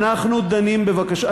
אנחנו דנים בבקשות,